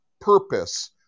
purpose